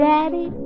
Daddy